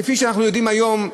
כפי שאנחנו יודעים היום,